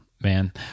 man